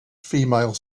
female